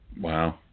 Wow